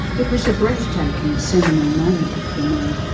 it was a breathtaking, seminal moment for me.